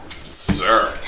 sir